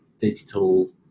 digital